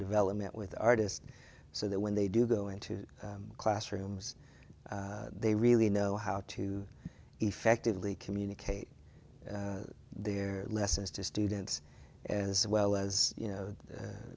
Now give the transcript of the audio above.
development with artists so that when they do go into classrooms they really know how to effectively communicate their lessons to students as well as you know